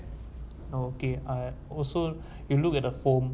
okay ah also you look at the foam